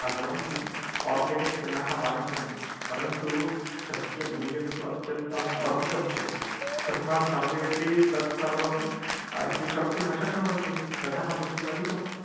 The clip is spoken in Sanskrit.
सर्वं अर्गेनिक् जनाः वान्छन्ति परन्तु तस्य मूल्यन्तु अत्यन्तं वर्धितं भवति तस्मात् सर्वे अपि तत् सर्वं स्वीकर्तुं न शक्नुवन्ति यतः मूल्यमधिकं